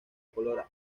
color